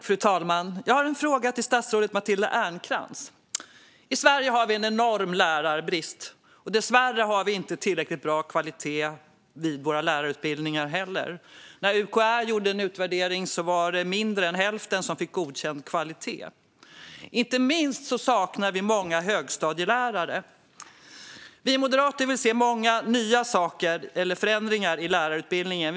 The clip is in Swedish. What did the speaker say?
Fru talman! Jag har en fråga till statsrådet Matilda Ernkrans. I Sverige har vi en enorm lärarbrist. Inte minst saknar vi många högstadielärare. Dessvärre har vi inte heller tillräckligt bra kvalitet på våra lärarutbildningar. När UKÄ gjorde en utvärdering fick färre än hälften godkänt. Vi moderater vill se många förändringar i lärarutbildningen.